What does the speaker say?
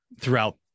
throughout